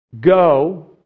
go